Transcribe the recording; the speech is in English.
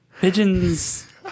Pigeons